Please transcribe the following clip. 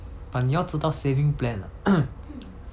but 你要知道 saving plan ah